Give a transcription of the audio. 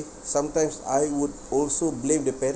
sometimes I would also blame the parents